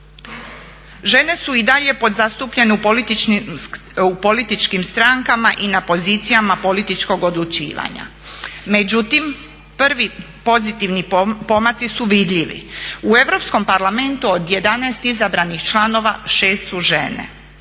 Žene su i dalje podzastupljene u političkim strankama i na pozicijama političkog odlučivanja, međutim prvi pozitivni pomaci su vidljivi. U Europskom parlamentu od 11 izabranih članova 6 su žene,